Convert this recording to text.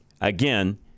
Again